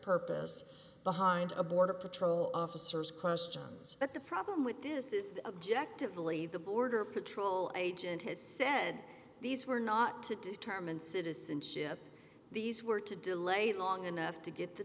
purpose behind a border patrol officers questions at the problem with this is objectively the border patrol agent has said these were not to determine citizenship these were to delay it long enough to get the